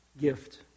gift